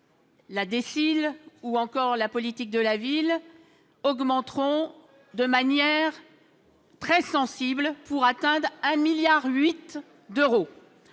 les crédits de la politique de la ville -augmenteront de manière très sensible pour atteindre 1,8 milliard d'euros.